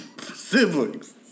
siblings